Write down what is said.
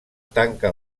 tanca